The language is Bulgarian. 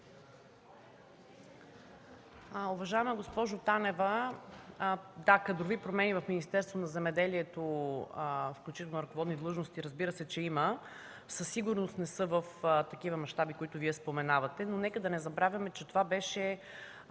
Уважаема госпожо Танева, да, кадрови промени в Министерството на земеделието и храните, включително на ръководни длъжности, разбира се, че има. Със сигурност не са в такива мащаби, които Вие споменавате, но нека да не забравяме, че по време